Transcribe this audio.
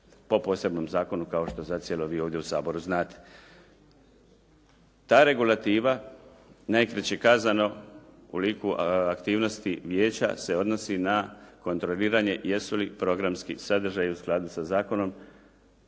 po posebnom zakonu kao što zacijelo vi ovdje u Saboru zacijelo znate. Ta regulativa, najkraće kazano u liku aktivnosti vijeća se odnosi na kontroliranje jesu li programski sadržaju i skladu sa zakonom.